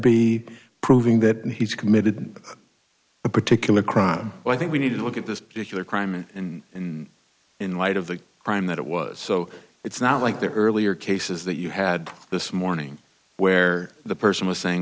be proving that he committed a particular crime i think we need to look at this particular crime and and in light of the crime that it was so it's not like the earlier cases that you had this morning where the person was saying